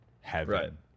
heaven